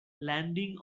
landing